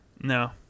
No